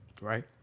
right